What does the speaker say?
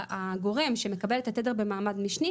הגורם שמקבל את התדר במעמד משני,